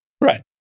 Right